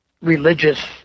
religious